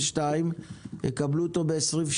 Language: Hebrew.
יקבלו אותו ב-2023.